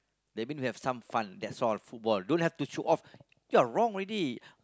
that means we have some fun that's all football don't have to show off you're wrong already